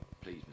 please